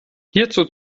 hierzu